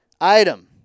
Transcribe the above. item